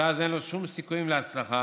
שאז אין לו שום סיכויים להצלחה